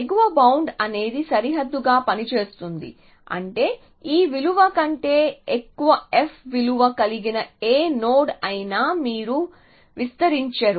ఎగువ బౌండ్ అనేది సరిహద్దుగా పనిచేస్తుంది అంటే ఈ విలువ కంటే ఎక్కువ f విలువ కలిగిన ఏ నోడ్ అయినా మీరు విస్తరించరు